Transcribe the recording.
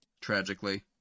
tragically